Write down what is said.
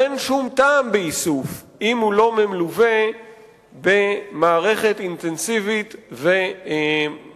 אין שום טעם באיסוף אם הוא לא מלווה במערכת אינטנסיבית ומספקת